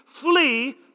Flee